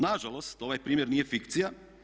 Na žalost, ovaj primjer nije fikcija.